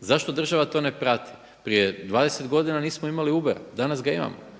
Zašto država to ne prati? Prije 20 godina nismo imali UBER, a danas ga imamo.